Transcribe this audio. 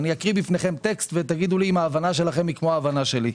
אני אקריא בפניכם טקסט ותגידו לי אם ההבנה שלכם היא כמו ההבנה שלי.